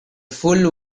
fool